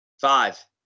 Five